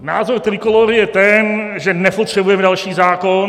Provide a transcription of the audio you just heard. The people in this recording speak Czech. Názor Trikolóry je ten, že nepotřebujeme další zákon.